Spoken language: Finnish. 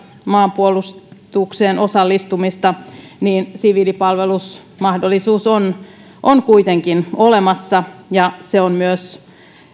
maanpuolustukseen osallistumista niin siviilipalvelusmahdollisuus on on kuitenkin olemassa ja se on myös